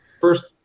first